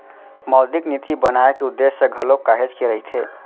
मौद्रिक नीति बनाए के उद्देश्य घलोक काहेच के रहिथे